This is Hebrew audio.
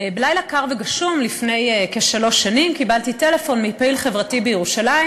בלילה קר וגשום לפני כשלוש שנים קיבלתי טלפון מפעיל חברתי בירושלים